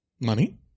money